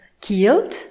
killed